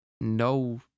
no